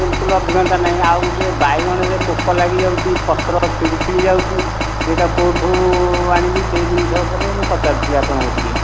ବିଲ୍କୁଲ୍ ଅଭିଜ୍ଞାତା ନାହିଁ ଆଉ ଗୋଟେ ବାଇଗଣରେ ପୋକ ଲାଗିଯାଉଛି ପତ୍ର ଛିଣ୍ଡି ଛିଣ୍ଡି ଯାଉଛି ସେଇଟା କେଉଁଠୁ ଆଣିବି ସେହି ଜିନିଷ ଉପରେ ମୁଁ ପଚାରୁଥିଲି ଆପଣଙ୍କୁ ଟିକିଏ